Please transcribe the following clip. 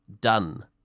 done